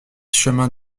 chemin